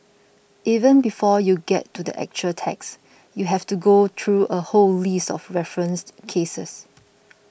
even before you get to the actual text you have to go through a whole list of referenced cases